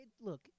Look